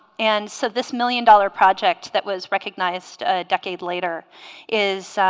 and so this million dollar project that was recognized a decade later is